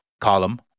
column